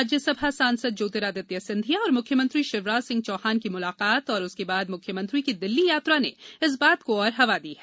राज्यसभा सांसद ज्योतिराज्य सिंधिया और मुख्यमंत्री शिवराज सिंह चौहान की मुलाकात और उसके बाद म्ख्यमंत्री की दिल्ली यात्रा ने इस बात को और हवा दी है